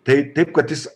tai taip kad jis